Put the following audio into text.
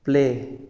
play